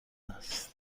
است